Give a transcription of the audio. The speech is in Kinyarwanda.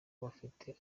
bafite